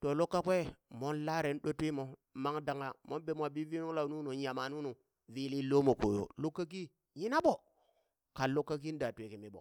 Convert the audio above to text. to luk kakwe mon lare ɗo twimo mang dangha mon bemwa bi vii nung lau nunu, yama nunu vili lomo koyo, luk kaki yina ɓo! kan luk kaki daa twi kimi ɓo.